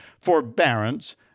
forbearance